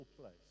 place